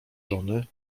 żony